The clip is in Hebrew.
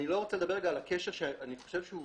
אני לא רוצה לדבר על הקשר - שאני חושב שהוא